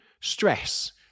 Stress